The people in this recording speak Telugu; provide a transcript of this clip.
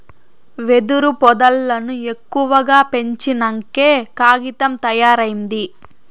వెదురు పొదల్లను ఎక్కువగా పెంచినంకే కాగితం తయారైంది